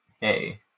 Hey